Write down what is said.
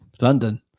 London